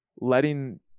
letting